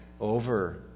over